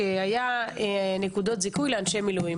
היו נקודות זיכוי לאנשי מילואים.